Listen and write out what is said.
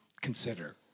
Consider